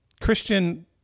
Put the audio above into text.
Christian